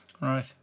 Right